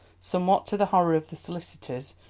somewhat to the horror of the solicitors,